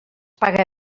paga